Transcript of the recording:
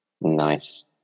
Nice